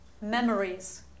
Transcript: memories